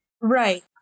Right